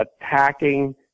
attacking